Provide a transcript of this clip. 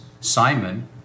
Simon